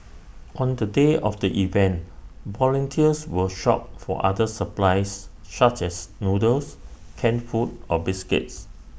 on the day of the event volunteers will shop for other supplies such as noodles canned food or biscuits